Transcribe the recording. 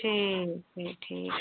ठीक है ठीक है